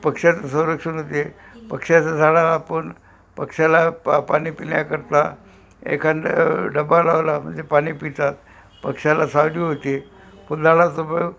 पक्षाचं संरक्षण होते पक्षाचं झाड आपण पक्षाला पा पाणी पिण्याकरता एखादा डब्बा लावला म्हणजे पाणी पितात पक्षाला सावली होते फुलझाड